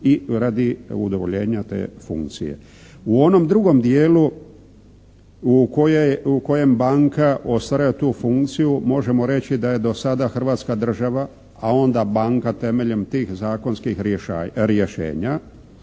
i radi udovoljenja te funkcije. U onom drugom dijelu u kojem banka ostvaruje tu funkciju možemo reći da je do sada Hrvatska država a onda banka temeljem tih zakonskih rješenja